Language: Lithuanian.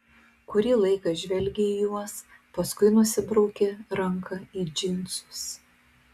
kurį laiką žvelgė į juos paskui nusibraukė ranką į džinsus